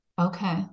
okay